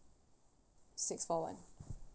six four one